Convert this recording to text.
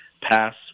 pass